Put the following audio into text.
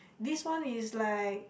this one is like